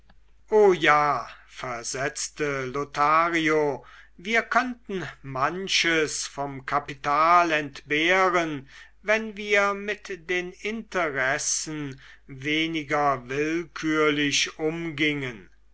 o ja versetzte lothario wir könnten manches vom kapital entbehren wenn wir mit den interessen weniger willkürlich umgingen